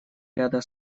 ряда